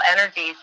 energies